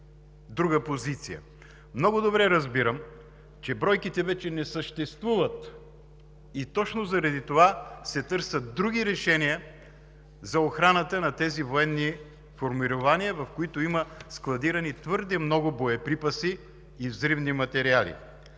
друга позиция. Много добре разбирам, че бройките вече не съществуват и точно заради това се търсят други решения за охраната на тези военни формирования, в които има складирани твърде много боеприпаси и взривни материали.